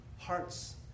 hearts